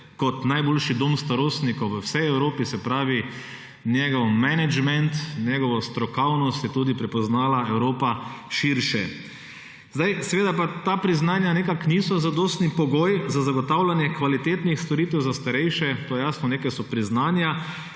kot najboljši dom starostnikov v vsej Evropi. Njegov menedžment, njegovo strokovnost je tudi prepoznala Evropa širše. Seveda pa ta priznanja nekako niso zadostni pogoj za zagotavljanje kvalitetnih storitev za starejše, to je jasno. Nekaj so priznanja,